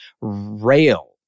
rail